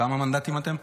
כמה מנדטים אתם?